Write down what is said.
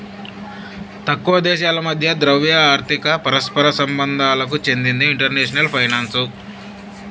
ఎక్కువ దేశాల మధ్య ద్రవ్య, ఆర్థిక పరస్పర సంబంధాలకు చెందిందే ఇంటర్నేషనల్ ఫైనాన్సు